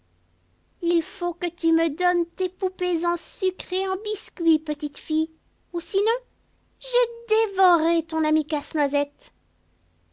il faut que tu me donnes tes poupées en sucre et en biscuit petite fille ou sinon je dévorerai ton ami casse-noisette